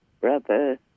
brother